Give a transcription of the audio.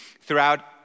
throughout